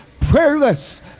prayerless